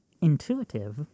intuitive